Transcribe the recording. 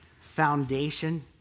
foundation